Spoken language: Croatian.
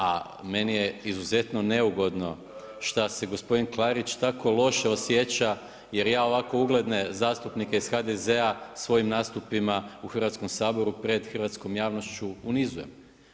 A meni je izuzetno neugodno, što se gospodin Klarić tako loše osjeća, jer ja ovako ugledne zastupnike iz HDZ-a svojim zastupnika u Hrvatskom saboru, pred hrvatskom javnošću unizujem.